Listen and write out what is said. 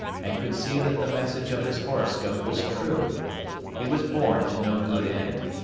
and could see that the message of his horoscope was true he was born to no good end.